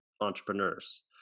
entrepreneurs